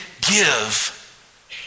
give